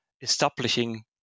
establishing